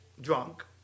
drunk